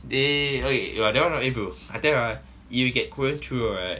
dey eh !wah! that one I need bro I tell you ah if you get carene choo right